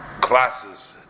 classes